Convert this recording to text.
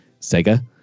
Sega